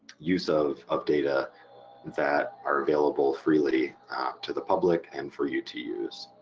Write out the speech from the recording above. use of of data that are available freely ah to the public and for you to use.